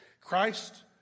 Christ